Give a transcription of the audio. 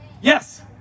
yes